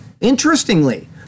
interestingly